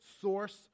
source